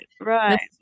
Right